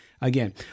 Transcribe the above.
Again